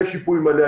יהיה שיפוי מלא.